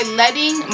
letting